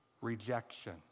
rejection